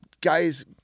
guys